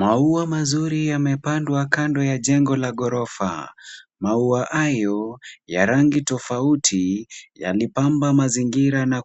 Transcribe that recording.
Maua mazuri yamepandwa kando ya jengo la ghorofa. Maua hayo ya rangi tofauti yalipamba mazingira na